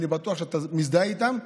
אני בטוח שאתה מזדהה איתם,